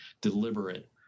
deliberate